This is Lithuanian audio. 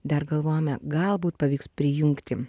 dar galvojame galbūt pavyks prijungti